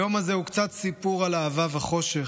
היום הזה הוא קצת סיפור על אהבה וחושך,